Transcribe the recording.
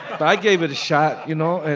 but i gave it a shot, you know. and